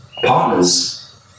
partners